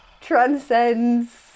transcends